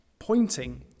pointing